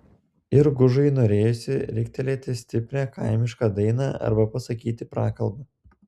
ir gužui norėjosi riktelėti stiprią kaimišką dainą arba pasakyti prakalbą